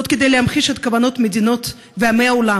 כדי להמחיש את הכוונות של המדינות ושל עמי העולם,